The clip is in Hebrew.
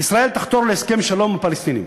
"ישראל תחתור להסכם שלום עם הפלסטינים